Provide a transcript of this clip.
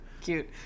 Cute